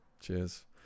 Cheers